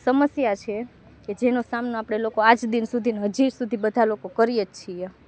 સમસ્યા છે કે જેનો સામનો આપણે લોકો આજ દિન હજી સુધી બધા લોકો કરીએ જ છીએ